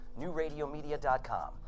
NewRadioMedia.com